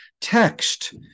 text